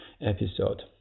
episode